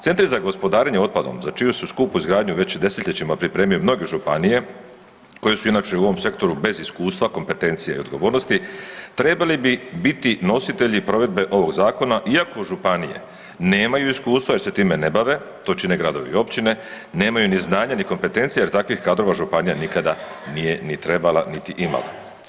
Centri za gospodarenje otpadom za čiju se skupu izgradnju već 10-ljećima pripremaju mnoge županije koje su inače u ovom sektoru bez iskustva, kompetencije i odgovornosti, trebale bi biti nositelji provedbe ovog zakona iako županije nemaju iskustva jer se time ne bave, to čine gradovi i općine, nemaju ni znanja, ni kompetencije jer takvih kadrova županija nikada nije ni trebala niti imala.